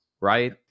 right